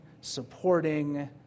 supporting